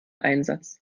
einsatz